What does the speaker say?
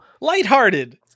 lighthearted